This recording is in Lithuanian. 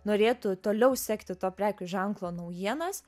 norėtų toliau sekti to prekių ženklo naujienas